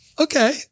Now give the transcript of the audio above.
Okay